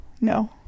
no